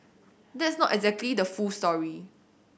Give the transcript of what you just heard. that's not exactly the full story